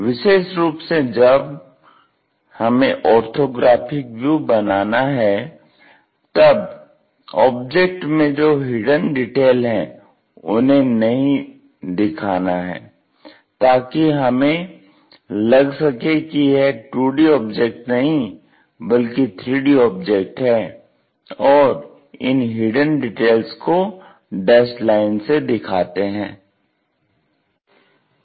विशेष रुप से जब हमें ऑर्थोग्राफिक व्यू बनाना है तब ऑब्जेक्ट में जो हिडन डिटेल है उन्हें नहीं दिखाना है ताकि हमें लग सके कि यह 2D ऑब्जेक्ट नहीं बल्कि 3D ऑब्जेक्ट है और इन हिडन डिटेल्स को डैस्ड लाइंस से दिखाते हैं